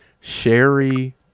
Sherry